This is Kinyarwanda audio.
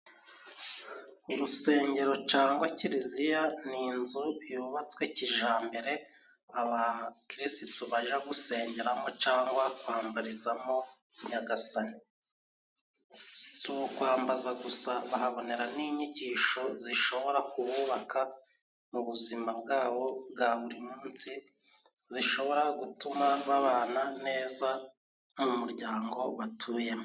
Ku rusengero cyangwa kiliziya n inzu yubatswe kijambere abakirisitu baja gusengeramo cyangwa kwambarizamo nyagasani. Si ukwambaza gusa bahabonera n'inyigisho zishobora kububaka mu buzima bwabo bwa buri munsi zishobora gutuma babana neza mu muryango batuyemo.